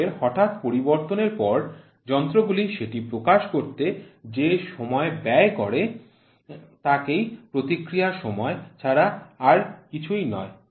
পরিমাপের হঠাৎ পরিবর্তনের পর যন্ত্রগুলি সেটি প্রকাশ করতে যে সময় ব্যয় করে সেটা প্রতিক্রিয়ার সময় ছাড়া আর কিছুই নয়